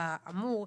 באמור.